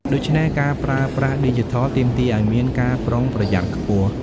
ដូច្នេះ ការប្រើប្រាស់ឌីជីថលទាមទារឱ្យមានការប្រុងប្រយ័ត្នខ្ពស់។